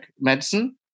medicine